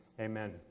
amen